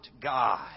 God